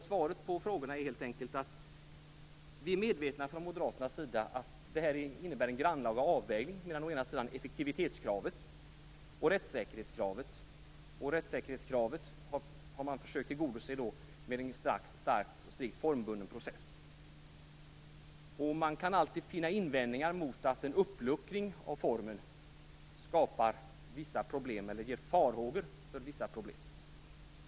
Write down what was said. Svaret på frågorna är helt enkelt att vi från Moderaternas sida är medvetna om att det innebär en grannlaga avvägning mellan å ena sidan effektivitetskravet och å andra sidan rättssäkerhetskravet. Rättssäkerhetskravet har man försökt tillgodose med en strikt formbunden process. Man kan alltid finna invändningar mot att en uppluckring av formen skapar eller ger farhågor om vissa problem.